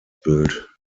bild